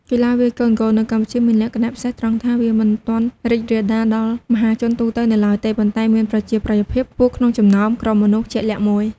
កីឡាវាយកូនហ្គោលនៅកម្ពុជាមានលក្ខណៈពិសេសត្រង់ថា វាមិនទាន់រីករាលដាលដល់មហាជនទូទៅនៅឡើយទេ ប៉ុន្តែមានប្រជាប្រិយភាពខ្ពស់ក្នុងចំណោមក្រុមមនុស្សជាក់លាក់មួយ។